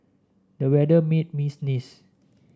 the weather made me sneeze